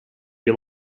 you